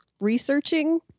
researching